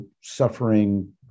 suffering